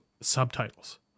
subtitles